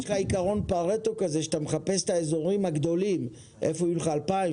יש לך עקרון פרטו כזה שאתה מחפש את האזורים הגדולים איפה יהיו לך 2,000,